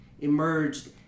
emerged